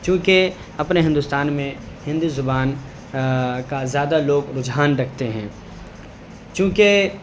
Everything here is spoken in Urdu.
چونکہ اپنے ہندوستان میں ہندی زبان کا زیادہ لوگ رجحان رکھتے ہیں چونکہ